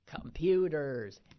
computers